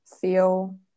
feel